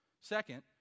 Second